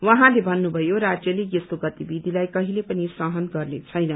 उहाँले भन्नुभयो राज्यले यस्तो गतिविधिलाई कहिले पनि सहन गर्ने छैन